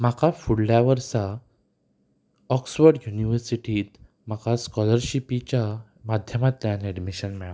म्हाका फुडल्या वर्सा ऑक्सवड युनिवर्सिटीत म्हाका स्कॉलरशिपीच्या माध्यमांतल्यान एडमिशन मेळ्ळा